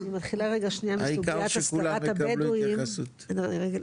העיקר שכולם יקבלו התייחסות.